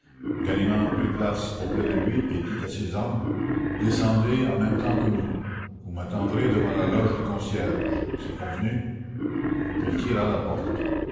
prit place auprès de lui et dit à ses hommes descendez en même temps que nous mais il avait à peine fermé la porte